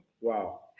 Wow